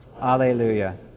Alleluia